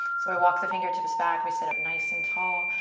so i walk the fingertips back. we sit up nice and tall.